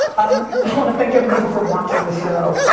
um just wanna thank everybody for watching the show.